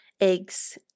eggs